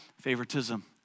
favoritism